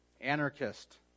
Anarchist